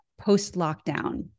post-lockdown